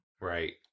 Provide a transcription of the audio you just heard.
Right